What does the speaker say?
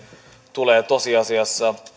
tulee tosiasiassa